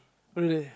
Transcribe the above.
really